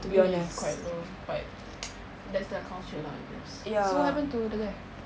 it is quite low but that's the culture lah I guess so what happened to the guy